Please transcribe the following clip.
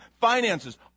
Finances